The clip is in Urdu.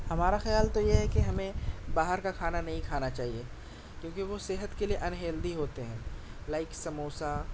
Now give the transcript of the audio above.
ہمارا خیال تو یہ ہے کہ ہمیں باہر کا کھانا نہیں کھانا چاہیے کیونکہ وہ صحت کے لئے انہیلدی ہوتے ہیں لائک سموسا